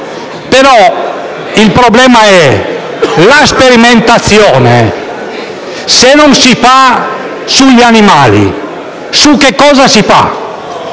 però il problema è: la sperimentazione, se non si fa sugli animali, su cosa si fa?